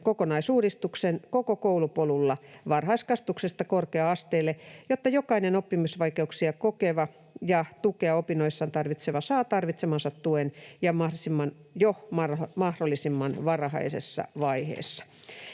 kokonaisuudistuksen koko koulupolulla varhaiskasvatuksesta korkea-asteelle, jotta jokainen oppimisvaikeuksia kokeva ja tukea opinnoissaan tarvitseva saa tarvitsemansa tuen jo mahdollisimman varhaisessa vaiheessa.”